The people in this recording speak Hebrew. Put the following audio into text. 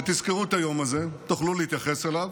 ותזכרו את היום הזה, תוכלו להתייחס אליו,